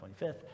25th